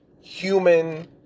human